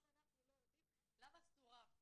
גם הם לא יודעים למה סורבנו.